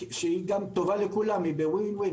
שהיא טובה לכולם, היא ב-win-win.